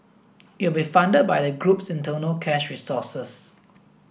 it will be funded by the group's internal cash resources